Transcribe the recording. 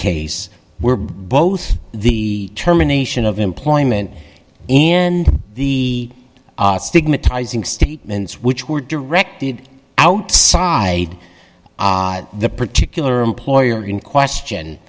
case where both the terminations of employment and the stigmatizing statements which were directed outside the particular employer in question